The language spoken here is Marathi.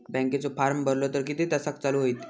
बँकेचो फार्म भरलो तर किती तासाक चालू होईत?